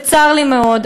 וצר לי מאוד,